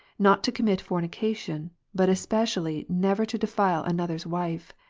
not to commit fornication but especially never to defile another's wife.